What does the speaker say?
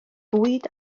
bwyd